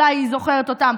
אולי היא זוכרת אותן.